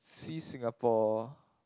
see Singapore